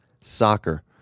soccer